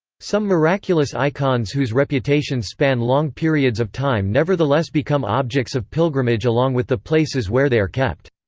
some miraculous icons whose reputations span long periods of time nevertheless become objects of pilgrimage along with the places where they are kept.